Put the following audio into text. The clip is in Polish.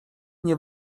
nie